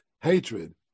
hatred